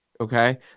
okay